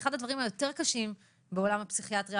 ואחד הדברים היותר קשים בעולם הפסיכיאטריה